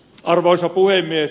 arvoisa puhemies